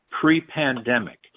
pre-pandemic